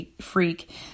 freak